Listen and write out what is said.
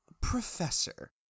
Professor